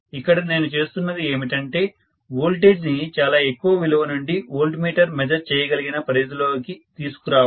ఇక్కడ నేను చేస్తున్నది ఏమిటంటే వోల్టేజ్ ని చాలా ఎక్కువ విలువ నుండి వోల్ట్ మీటర్ మెజర్ చేయగలిగిన పరిధిలోనికి తీసుకురావడం